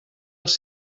els